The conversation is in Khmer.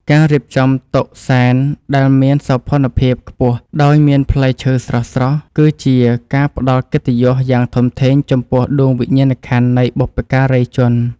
ការរៀបចំតុសែនដែលមានសោភ័ណភាពខ្ពស់ដោយមានផ្លែឈើស្រស់ៗ គឺជាការផ្តល់កិត្តិយសយ៉ាងធំធេងចំពោះដួងវិញ្ញាណក្ខន្ធនៃបុព្វការីជន។